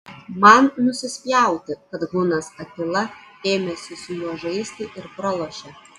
man nusispjauti kad hunas atila ėmėsi su juo žaisti ir pralošė